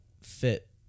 fit